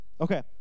Okay